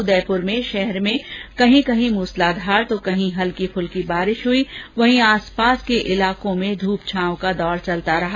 उदयपुर में शहर में कहीं मूसलाधार तो कहीं हल्की फुल्की बारिश हुई वहीं आसपास के इलाकों में धूप छांव का दौर चलता रहा